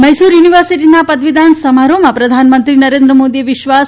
મૈસૂર યુનિવર્સિટીના પદવીદાન સમારોહમાં પ્રધાનમંત્રી નરેન્દ્ર મોદીએ વિશ્વાસ